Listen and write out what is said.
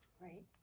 right